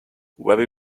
very